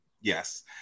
yes